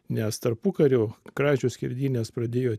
nes tarpukariu kražių skerdynes pradėjo